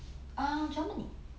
uh germany